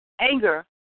Anger